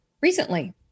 recently